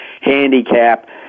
Handicap